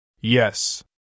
Yes